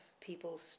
people's